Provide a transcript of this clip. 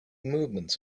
movement